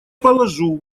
положу